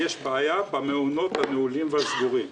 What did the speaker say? יש בעיה במעונות הנעולים והסגורים.